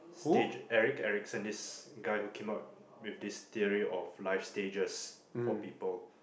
stage Eric Erickson this guy who came up with this theory of life stages for people